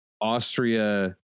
Austria